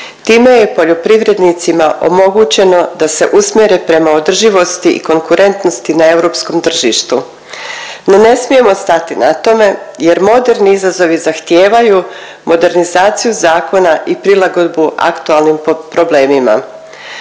Time je poljoprivrednicima omogućeno da se usmjere prema održivosti i konkurentnosti na europskom tržištu. No, ne smijemo stati na tome jer moderni izazovi zahtijevaju modernizaciju zakona i prilagodbu aktualnim problemima.